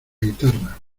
guitarra